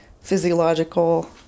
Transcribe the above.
physiological